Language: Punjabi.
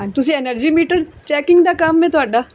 ਹਾਂਜੀ ਤੁਸੀਂ ਐਨਰਜੀ ਮੀਟਰ ਚੈਕਿੰਂਗ ਦਾ ਕੰਮ ਹੈ ਤੁਹਾਡਾ